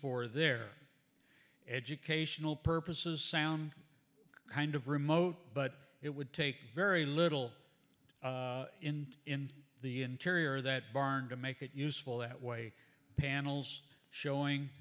for their educational purposes sound kind of remote but it would take very little in in the interior that barn to make it useful that way panels showing